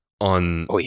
on